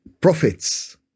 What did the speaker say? prophets